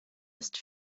ist